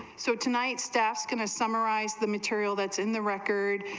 so tonight's task and to summarize the material that's in the record,